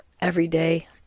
everyday